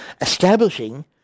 establishing